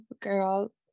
girl